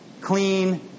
Clean